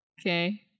Okay